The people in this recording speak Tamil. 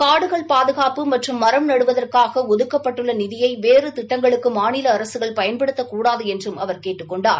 காடுகள் பாதுகாப்பு மற்றும் மரம் நடுவதற்காக ஒதுக்கப்பட்டுள்ள நிதியை வேறு திட்டங்களுக்கு மாநில அரசுகள் பயன்படுத்தக்கூடாது என்றும் அவர் கேட்டுக் கொண்டார்